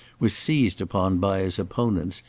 was seized upon by his opponents,